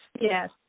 Yes